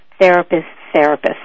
therapist-therapist